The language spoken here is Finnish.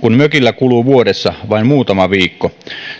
kun mökillä kuluu vuodessa vain muutama viikko